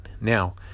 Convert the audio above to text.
now